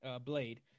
blade